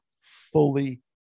fully